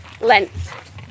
length